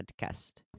podcast